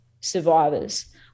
survivors